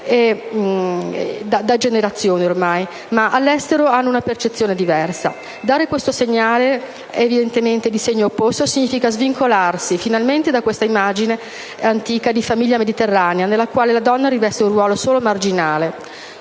generazioni ormai, ma all'estero hanno una percezione diversa. Dare questo segnale, evidentemente di segno opposto, significa svincolarsi finalmente da questa immagine antica di famiglia mediterranea nella quale la donna riveste un ruolo solo marginale.